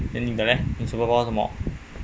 then 你的 leh 你 superpower 是什么